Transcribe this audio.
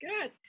Good